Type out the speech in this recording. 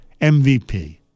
MVP